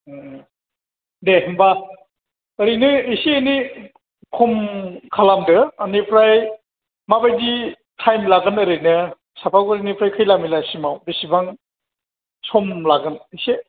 दे होनबा ओरैनो एसे एनै खम खालामदो बेनिफ्राय माबायदि टाइम लागोन ओरैनो साफागुरिनिफ्राय खैला मैलासिमाव बेसेबां सम लागोन एसे